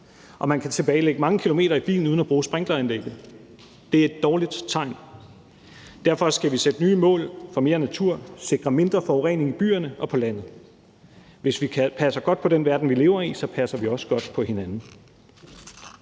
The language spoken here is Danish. og man kan tilbagelægge mange kilometer i bilen uden at bruge sprinkleranlægget. Det er et dårligt tegn. Derfor skal vi sætte nye mål for mere natur og sikre mindre forurening i byerne og på landet. Hvis vi passer godt på den verden, vi lever i, passer vi også godt på hinanden.